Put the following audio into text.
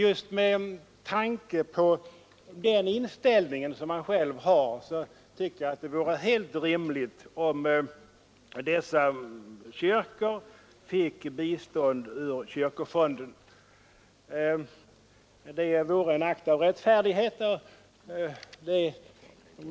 Just med tanke på denna inställning, som invandrarkyrkorna själva har, anser jag att det vore helt rimligt om dessa kyrkor fick bistånd ur kyrkofonden. Det vore en akt av rättfärdighet.